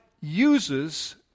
uses